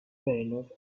banners